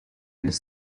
this